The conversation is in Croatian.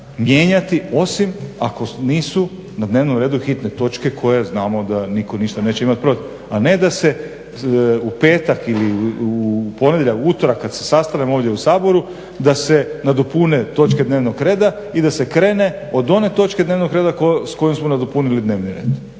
mijenjati osim ako nisu na dnevnom redu hitne točke koje znamo da nitko ništa neće imati protiv. A ne da se u petak ili u ponedjeljak, utorak kad se sastanemo ovdje u Saboru da se nadopune točke dnevnog reda i da se krene od one točke dnevnog reda s kojom smo nadopunili dnevni red.